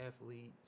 athletes